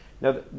Now